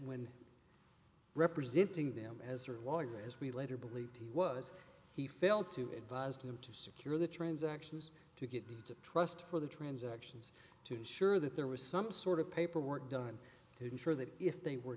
when representing them as a lawyer as we later believed he was he failed to advise them to secure the transaction was to get to the trust for the transactions to ensure that there was some sort of paperwork done to ensure that if they were